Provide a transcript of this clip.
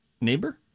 Neighbor